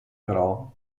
però